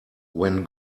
when